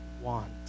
want